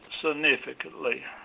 significantly